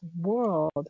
world